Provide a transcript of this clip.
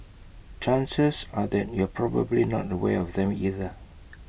chances are that you're probably not aware of them either